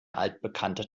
altbekannte